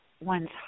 one's